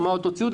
מה אותו ציוד.